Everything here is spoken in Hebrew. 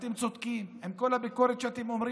אתם צודקים עם כל הביקורת שאתם אומרים.